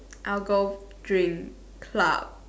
I'll go drink club